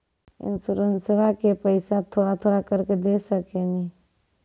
इंश्योरेंसबा के पैसा थोड़ा थोड़ा करके दे सकेनी?